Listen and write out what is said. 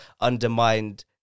undermined